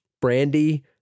Brandy